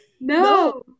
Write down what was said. No